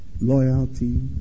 loyalty